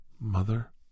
mother